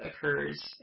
occurs